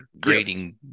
grading